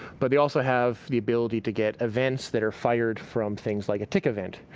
but they also have the ability to get events that are fired from things like a tick event.